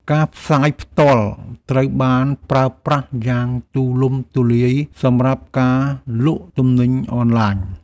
ការផ្សាយផ្ទាល់ ត្រូវបានប្រើប្រាស់យ៉ាងទូលំទូលាយសម្រាប់ការលក់ទំនិញអនឡាញ។